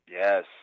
Yes